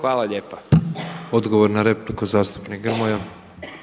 Hvala lijepa.